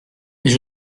mais